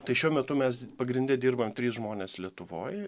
tai šiuo metu mes pagrinde dirbam trys žmonės lietuvoj